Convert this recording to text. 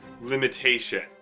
limitation